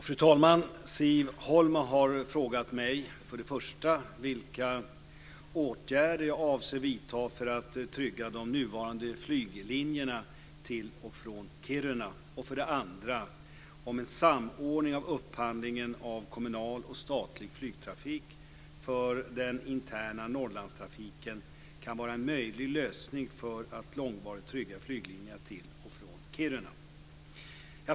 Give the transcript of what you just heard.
Fru talman! Siv Holma har frågat mig för det första vilka åtgärder jag avser vidta för att trygga de nuvarande flyglinjerna till och från Kiruna och för det andra om en samordning av upphandlingen av kommunal och statlig flygtrafik för den interna Norrlandstrafiken kan vara en möjlig lösning för att långvarigt trygga flyglinjerna till och från Kiruna.